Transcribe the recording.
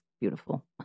beautiful